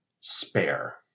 spare